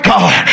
God